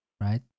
right